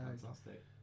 Fantastic